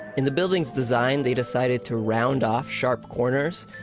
in the building's design, they decided to round off sharp corners.